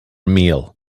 meal